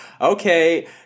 okay